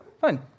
fine